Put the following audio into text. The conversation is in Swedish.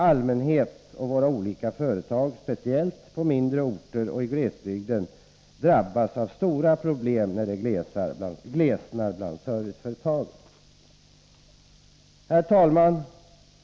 Allmänhet och olika företag, speciellt på mindre orter och i glesbygden, drabbas av stora problem när det glesnar bland serviceföretagen. Herr talman!